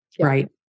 right